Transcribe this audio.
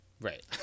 Right